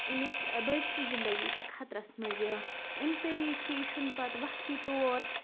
أمِس بٔڈۍ سٕنٛز زندگی چھِ خَطرَس منٛز یِوان أمی طریٖقہٕ کہِ یہِ چھُنہٕ پَتہٕ وَقتی طور